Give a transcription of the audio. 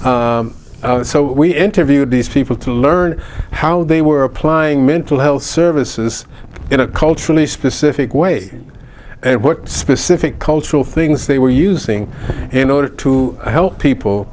others so we interviewed these people to learn how they were applying mental health services in a culturally specific way and what specific cultural things they were using in order to help people